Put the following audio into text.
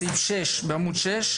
בסעיף 6 בעמוד 6,